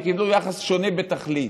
שקיבלו יחס שונה בתכלית.